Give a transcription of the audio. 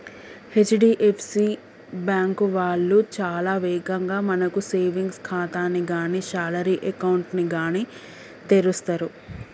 HDFC bank వాళ్ళు చాలా వేగంగా మనకు సేవింగ్స్ ఖాతాని గానీ శాలరీ అకౌంట్ ని గానీ తెరుస్తరు